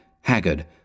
haggard